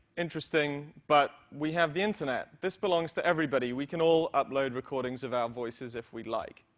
interesting, but we have the internet. this belongs to everybody. we can all upload recordings of our voices if we like.